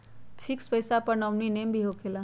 Fix पईसा पर nominee name भी होकेला?